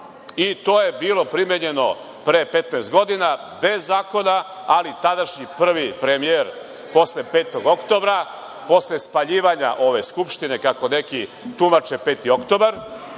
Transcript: i to je bilo primenjeno pre 15 godina, bez zakona, ali tadašnji prvi premijer posle 5. oktobra, posle spaljivanja ove Skupštine kako neki tumače 5. oktobar,